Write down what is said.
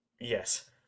Yes